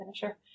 finisher